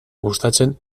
gustatzen